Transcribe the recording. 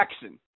Jackson